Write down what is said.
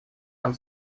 нам